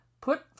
Put